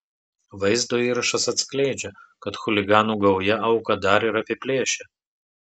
vaizdo įrašas atskleidžia kad chuliganų gauja auką dar ir apiplėšė